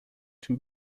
two